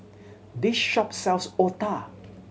this shop sells otah